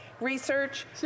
research